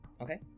Okay